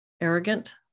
arrogant